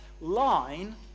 line